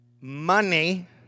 money